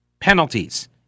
penalties